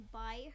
buy